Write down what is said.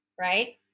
Right